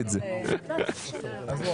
התשפ"ב,